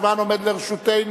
הזמן עומד לרשותנו.